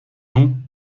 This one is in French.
non